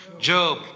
Job